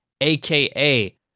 aka